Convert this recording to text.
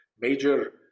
major